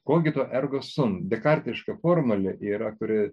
kogito ergo sum dekartiška formulė yra kuri